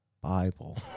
Bible